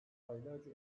aylarca